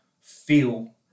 feel